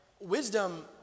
Wisdom